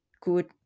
good